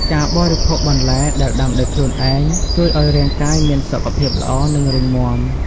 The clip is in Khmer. ការបរិភោគបន្លែដែលដាំដោយខ្លួនឯងជួយឱ្យរាងកាយមានសុខភាពល្អ និងរឹងមាំ។